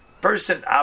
person